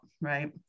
Right